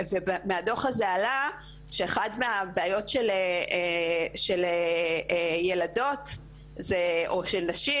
מהדו"ח הזה עלה שאחת הבעיות של ילדות או של נשים,